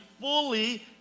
fully